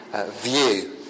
view